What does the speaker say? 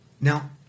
Now